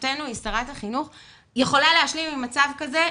לשמחתנו היא שרת החינוך, יכולה להשלים עם מצב כזה.